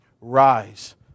rise